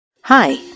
Hi